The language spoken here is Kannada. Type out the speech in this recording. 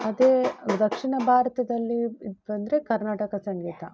ಅದೇ ದಕ್ಷಿಣ ಭಾರತದಲ್ಲಿ ಇದು ಬಂದರೆ ಕರ್ನಾಟಕ ಸಂಗೀತ